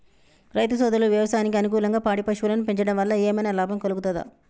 రైతు సోదరులు వ్యవసాయానికి అనుకూలంగా పాడి పశువులను పెంచడం వల్ల ఏమన్నా లాభం కలుగుతదా?